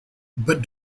but